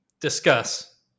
Discuss